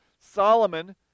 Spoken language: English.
Solomon